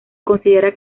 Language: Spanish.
considera